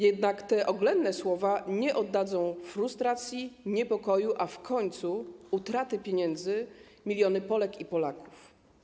Jednak te oględne słowa nie oddadzą frustracji, niepokoju, a w końcu utraty pieniędzy milionów Polek i Polaków.